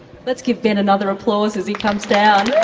let's give ben another applause as he comes down.